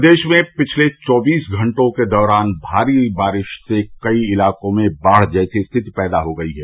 प्रदेश में पिछले चौबीस घंटों के दौरान भारी बारिश से कई इलाकों में बाढ़ जैसी स्थिति पैदा हो गई है